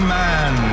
man